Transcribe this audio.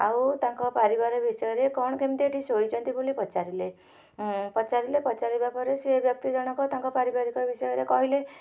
ଆଉ ତାଙ୍କ ପରିବାର ବିଷୟରେ କ'ଣ କେମିତି ଏଇଠି ଶୋଇଛନ୍ତି ବୋଲି ପଚାରିଲେ ପଚାରିଲେ ପଚାରିବା ପରେ ସିଏ ବ୍ୟକ୍ତି ଜଣକ ତାଙ୍କ ପାରିବାରିକ ବିଷୟରେ କହିଲେ